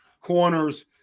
corners